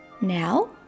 Now